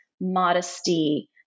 modesty